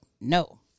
No